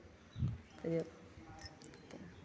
कहलियै